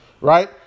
right